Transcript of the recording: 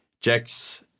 Jax